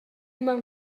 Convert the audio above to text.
mewn